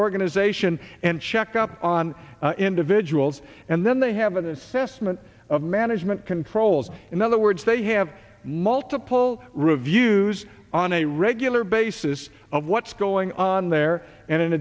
organization and check up on individuals and then they have an assessment of management controls in other words they have multiple reviews on a regular basis of what's going on there and